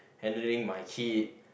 handling my kid